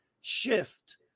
shift